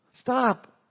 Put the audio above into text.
Stop